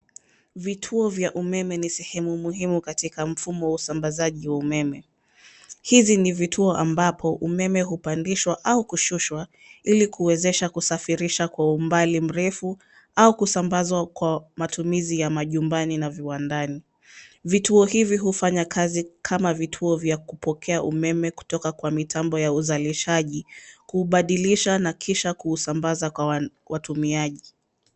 Vituo vya umeme ni sehemu muhimu katika mfumo wa usambazaji wa umeme. Hivi ni vituo ambapo umeme hupandishwa au hushushwa ili kuwezesha kusafirishwa kwa umbali mrefu au kusambazwa kwa matumizi ya majumbani na viwandani. Vituo hivi hufanya kazi kama vituo vya kupokea umeme kutoka kwa mitambo ya uzalishaji, kuubadilisha kisha kuusambaza kwa watumiaji.